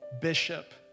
Bishop